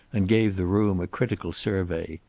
and gave the room a critical survey.